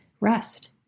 rest